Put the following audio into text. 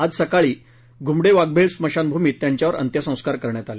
आज सकाळी घुमडे वाघबीळ स्मशानभूमीत त्यांच्यावर अंत्यसंस्कार करण्यात आले